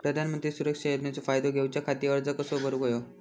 प्रधानमंत्री सुरक्षा योजनेचो फायदो घेऊच्या खाती अर्ज कसो भरुक होयो?